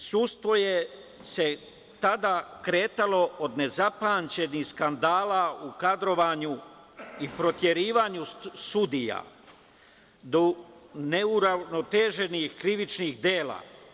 Sudstvo se tada kretalo od nezapamćenih skandala u kadrovanju i proterivanju sudija do neuravnoteženih krivičnih dela.